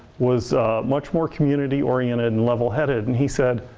was much more community oriented and level headed and he said,